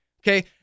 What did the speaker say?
Okay